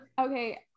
okay